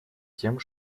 тем